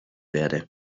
werde